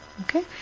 Okay